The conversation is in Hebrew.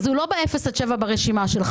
אז הוא לא באפס עד שבעה קילומטר ברשימה שלך,